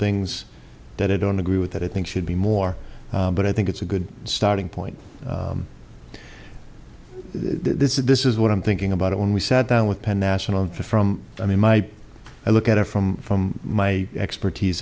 things that i don't agree with that i think should be more but i think it's a good starting point this is this is what i'm thinking about when we sat down with penn national from i mean my i look at it from from my expertise